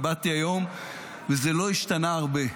ובאתי היום וזה לא השתנה הרבה.